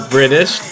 British